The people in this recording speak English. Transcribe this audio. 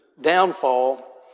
downfall